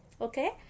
okay